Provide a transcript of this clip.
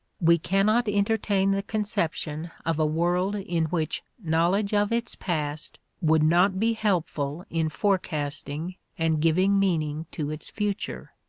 we cannot entertain the conception of a world in which knowledge of its past would not be helpful in forecasting and giving meaning to its future.